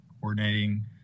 coordinating